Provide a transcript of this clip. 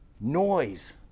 Noise